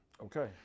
Okay